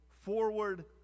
forward